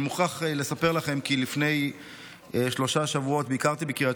אני מוכרח לספר לכם כי לפני שלושה שבועות ביקרתי בקריית